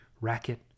racket